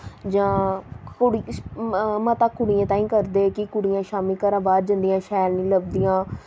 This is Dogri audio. जां कुड़ी मता कुड़ियें ताहीं करदे कि कुड़ियां शामीं घरा बाह्र जंदियां शैल निं लब्भदियां